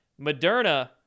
Moderna